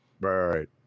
Right